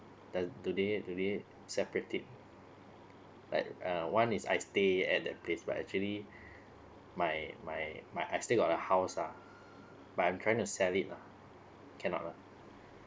that do they do they separative like uh one is I stay at that place but actually my my my I still got a house ah but I'm trying to sell it lah cannot ah